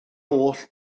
oll